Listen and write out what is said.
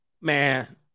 man